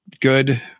good